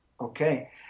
okay